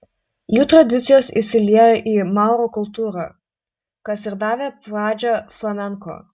jų tradicijos įsiliejo į maurų kultūrą kas ir davė pradžią flamenko